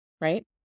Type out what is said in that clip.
right